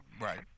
Right